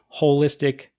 holistic